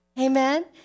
Amen